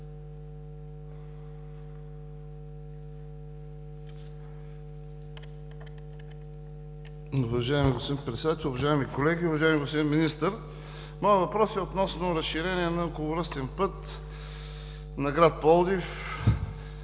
Моят въпрос е относно разширение на околовръстен път на град Пловдив